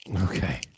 Okay